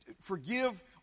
forgive